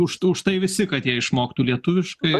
už už tai visi kad jie išmoktų lietuviškai